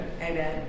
Amen